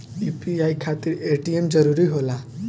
UPI खातिर ATM जरूरी होला?